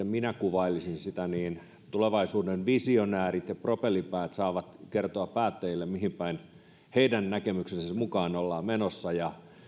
minä kuvailisin sitä niin siinä tulevaisuuden visionäärit ja propellipäät saavat kertoa päättäjille mihinpäin heidän näkemyksensä mukaan ollaan menossa ja